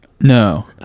No